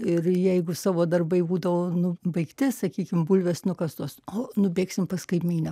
ir jeigu savo darbai būdavo nu baigti sakykim bulvės nukastos o nubėgsim pas kaimynę